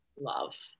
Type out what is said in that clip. love